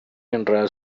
என்ற